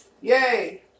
Yay